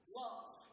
love